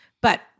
But-